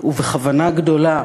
ובכוונה גדולה,